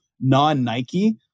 non-Nike